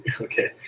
Okay